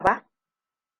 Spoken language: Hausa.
ba